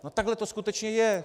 No takhle to skutečně je.